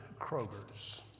Kroger's